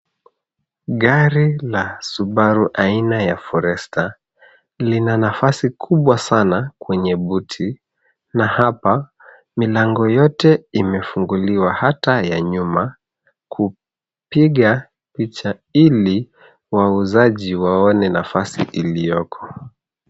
Gari ya subaru aina ya forester lina nafasi kubwa sana kwenye buti na hapa milango yote imefunguliwa na taa ya nyuma kupiga picha ili wauzaji waone nafasi iliyoko.